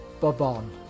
Bobon